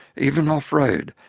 even off-road,